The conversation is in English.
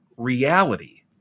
reality